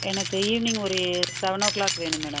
எனக்கு ஈவ்னிங் ஒரு செவன் ஓ க்ளாக் வேணும் மேடம்